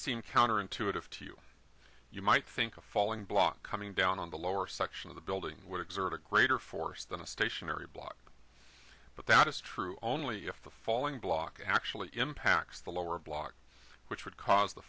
seem counterintuitive to you you might think a falling block coming down on the lower section of the building would exert a greater force than a stationary block but that is true only if the falling block actually impacts the lower block which would cause the